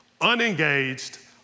unengaged